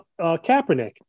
Kaepernick